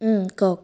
কওক